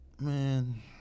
man